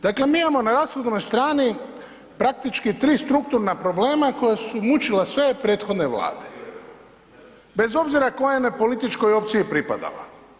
Dakle, mi imamo na rashodovnoj strani praktički tri strukturna problema koja su mučila sve prethodne vlade bez obzira kojoj je političkoj opciji pripadala.